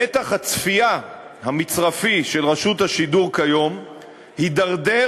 נתח הצפייה המצרפי של רשות השידור כיום התדרדר,